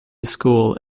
school